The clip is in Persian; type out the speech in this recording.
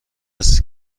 است